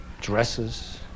dresses